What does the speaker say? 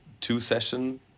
two-session